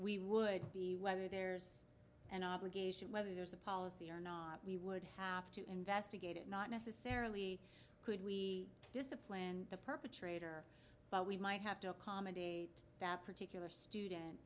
we would be whether there's an obligation whether there's a policy or not we would have to investigate it not necessarily could we discipline the perpetrator but we might have to accommodate that particular student